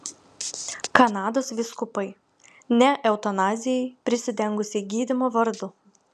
kanados vyskupai ne eutanazijai prisidengusiai gydymo vardu